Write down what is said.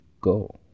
go